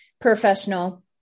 professional